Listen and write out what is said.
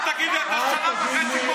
מה הסיפור?